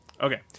Okay